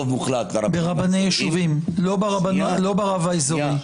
ברבני יישובים, לא ברב האזורי.